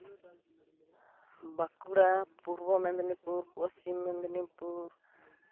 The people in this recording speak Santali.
ᱵᱟᱸᱠᱩᱲᱟ ᱯᱩᱨᱵᱚ ᱢᱮᱫᱽᱱᱤᱯᱩᱨ ᱯᱚᱥᱪᱤᱢ ᱢᱮᱫᱽᱱᱤᱯᱩᱨ